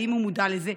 האם הוא מודע לזה?